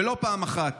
ולא פעם אחת.